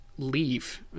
Leave